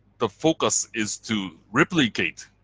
the focus is to replicate,